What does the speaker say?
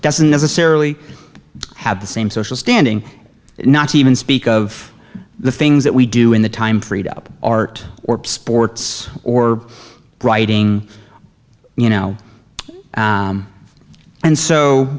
doesn't necessarily have the same social standing not even speak of the things that we do in the time freed up art or sports or writing you know and so